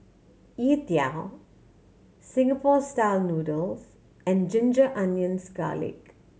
youtiao Singapore Style Noodles and ginger onions